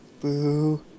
Boo